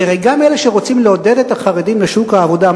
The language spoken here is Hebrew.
כי הרי גם אלה שרוצים לעודד את החרדים לצאת לשוק העבודה,